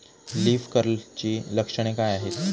Leaf कर्लची लक्षणे काय आहेत?